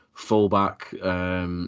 Fullback